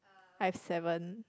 I have seven